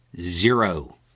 zero